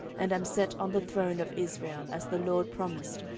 and am set on the throne of israel, as the lord promised,